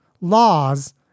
laws